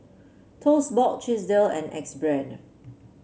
Toast Box Chesdale and Axe Brand